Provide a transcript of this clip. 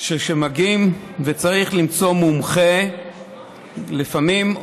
שכשמגיעים וצריך למצוא מומחה, לפעמים,